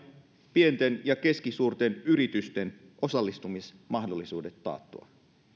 pienten ja keskisuurten yritysten osallistumismahdollisuudet taattua